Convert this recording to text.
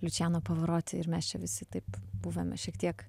lučijano pavaroti ir mes čia visi taip buvome šiek tiek